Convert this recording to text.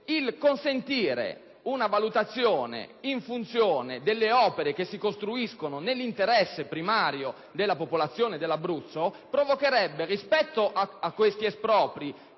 Consentire una valutazione in funzione delle opere che si costruiscono nell'interesse primario della popolazione dell'Abruzzo provocherebbe, rispetto a questi espropri